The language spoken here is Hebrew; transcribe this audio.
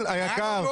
היקר,